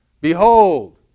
Behold